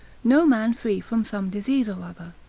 no man free from some disease or other.